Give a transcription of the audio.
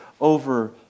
over